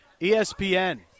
ESPN